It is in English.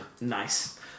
nice